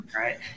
Right